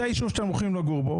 זה היישוב שאתם הולכים לגור בו,